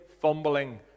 fumbling